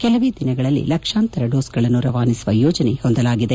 ಕೆಲವೇ ದಿನಗಳಲ್ಲಿ ಲಕ್ಷಾಂತರ ಡೋಸ್ಗಳನ್ನು ರವಾನಿಸುವ ಯೋಜನೆ ಹೊಂದಲಾಗಿದೆ